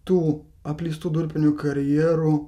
tų apleistų durpinių karjerų